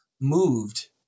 moved